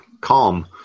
calm